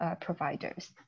providers